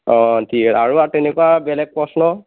অঁ ঠিক আছে আৰু তেনেকুৱা বেলেগ প্ৰশ্ন